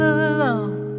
alone